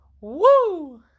woo